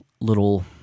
little